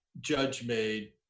judge-made